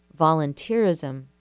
volunteerism